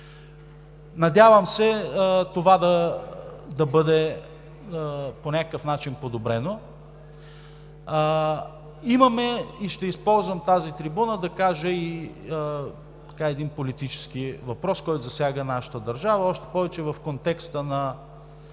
Надявам се, по някакъв начин това да бъде подобрено. Имаме, и ще използвам тази трибуна да кажа, един политически въпрос, който засяга нашата държава, още повече в контекста и